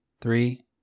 three